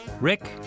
Rick